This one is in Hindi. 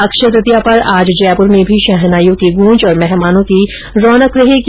अक्षय तृतीया पर आज जयपुर में भी शहनाईयों की गूंज और मेहमानों की रोनक रहेगी